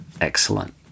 excellent